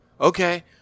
Okay